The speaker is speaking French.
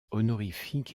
honorifique